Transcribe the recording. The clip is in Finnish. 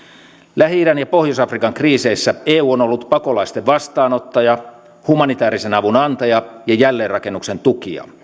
lähi idän ja pohjois afrikan kriiseissä eu on ollut pakolaisten vastaanottaja humanitäärisen avun antaja ja jälleenrakennuksen tukija